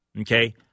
okay